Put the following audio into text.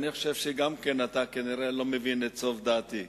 אני חושב שגם אתה לא יורד לסוף דעתי.